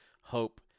hope